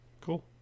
cool